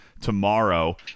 tomorrow